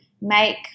make